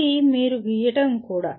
ఇది మీరు గీయడం కూడా